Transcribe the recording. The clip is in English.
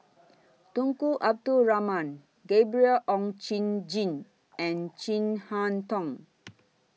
Tunku Abdul Rahman Gabriel Oon Chong Jin and Chin Harn Tong